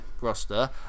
roster